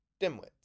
dimwits